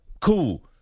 cool